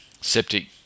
Septic